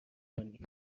کنی